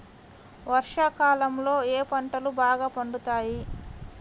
వర్షాకాలంలో ఏ పంటలు బాగా పండుతాయి?